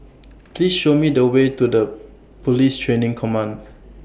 Please Show Me The Way to Police Training Command